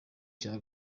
cya